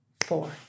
four